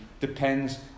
depends